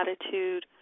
attitude